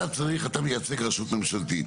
אתה מייצג רשות ממשלתית.